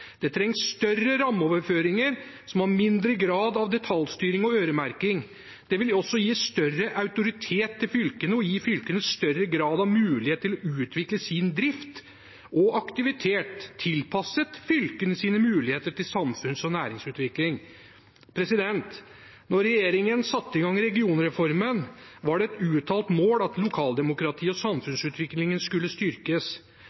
Det trengs større rammeoverføringer som har mindre grad av detaljstyring og øremerking. Det vil også gi større autoritet til fylkene og gi fylkene større grad av mulighet til å utvikle sin drift og aktivitet tilpasset fylkenes muligheter til samfunns- og næringsutvikling. Da regjeringen satte i gang regionreformen, var det et uttalt mål at lokaldemokratiet og